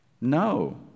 No